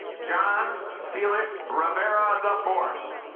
john felix rivera the fourth